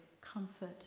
comfort